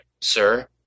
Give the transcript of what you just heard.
Sir